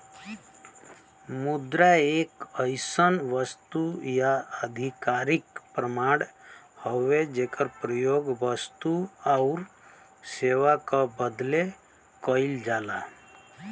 मुद्रा एक अइसन वस्तु या आधिकारिक प्रमाण हउवे जेकर प्रयोग वस्तु आउर सेवा क बदले कइल जाला